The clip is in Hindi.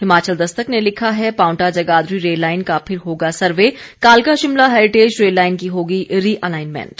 हिमाचल दस्तक ने लिखा है पांवटा जगाधरी रेललाइन का फिर होगा सर्वे कालका शिमला हेरिटेज रेललाइन की होगी रि एलाइनमेंट